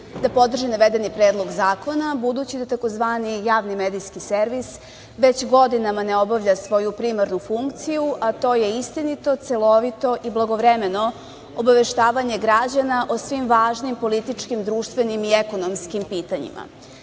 da podrži navedeni predlog zakona, budući da takozvani Javni medijski servis već godinama ne obavlja svoju primarnu funkciju, a to je istinito, celovito i blagovremeno obaveštavanje građana o svim važnim političkim, društvenim i ekonomskim pitanjima.Za